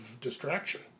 distraction